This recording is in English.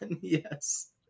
Yes